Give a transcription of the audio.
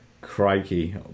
crikey